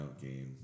game